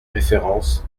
références